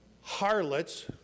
HARLOTS